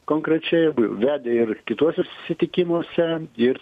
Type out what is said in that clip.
konkrečiai vedė ir kituose susitikimuose ir